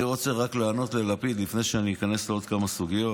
אני רוצה רק לענות ללפיד לפני שאני איכנס לעוד כמה סוגיות.